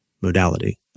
modality